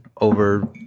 over